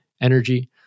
energy